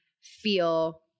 feel